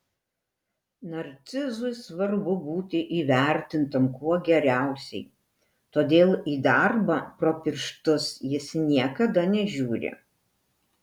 narcizui svarbu būti įvertintam kuo geriausiai todėl į darbą pro pirštus jis niekada nežiūri